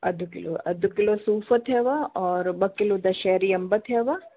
अधि किलो अधि किलो सूफ़ थियव और ॿ किलो दशहरी अंब थियव